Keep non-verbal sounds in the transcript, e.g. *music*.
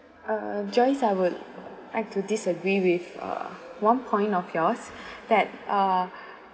uh joyce I would like to disagree with uh one point of yours *breath* that uh